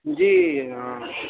جی ہاں